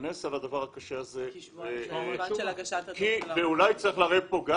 נתכנס על הדבר הקשה הזה ואולי צריך לערב פה גם